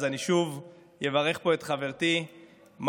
אז אני שוב אברך פה את חברתי מאי: